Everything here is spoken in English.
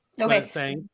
okay